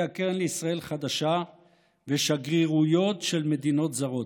הקרן לישראל חדשה ושגרירויות של מדינות זרות.